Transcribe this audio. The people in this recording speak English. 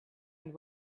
and